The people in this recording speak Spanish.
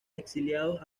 exiliados